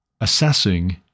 assessing